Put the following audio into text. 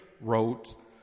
wrote